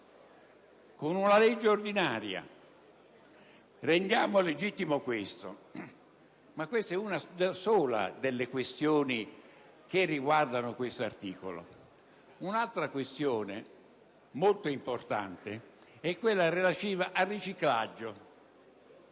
con una legge ordinaria. Ma questa è solo una delle questioni che riguardano questo articolo. Un'altra questione molto importante è quella relativa al riciclaggio.